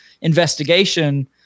investigation